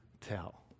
tell